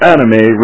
Anime